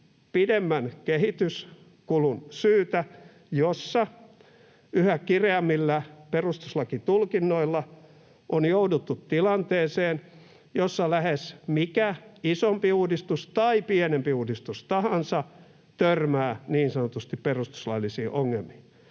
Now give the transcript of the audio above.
pidemmän kehityskulun syytä, jossa yhä kireämmillä perustuslakitulkinnoilla on jouduttu tilanteeseen, jossa lähes mikä isompi uudistus tai pienempi uudistus tahansa törmää niin sanotusti perustuslaillisiin ongelmiin.